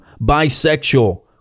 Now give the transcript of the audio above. bisexual